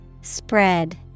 Spread